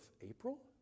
April